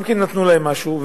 גם כן נתנו להם משהו,